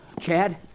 Chad